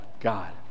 God